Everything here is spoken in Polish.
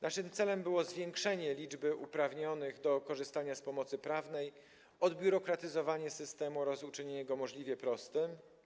Naszym celem było zwiększenie liczby uprawnionych do korzystania z pomocy prawnej, odbiurokratyzowanie systemu oraz uczynienie go możliwie prostym.